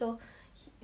so my friend died